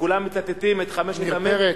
וכולם מצטטים את חמשת המ"מים.